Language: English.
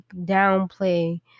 downplay